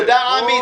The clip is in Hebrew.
תודה, עמי.